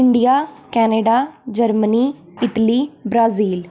India Canada Germany Italy Brazil